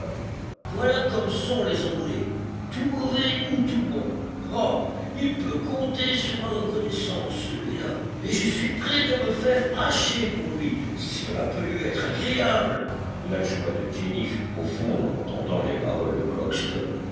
voilà comme sont les anglais tout mauvais ou tout bons ah il peut compter sur ma reconnaissance celui-là et je suis prêt à me faire hacher pour lui si cela peut lui être agréable la joie de jenny fut profonde en entendant les paroles de crockston